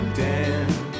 dance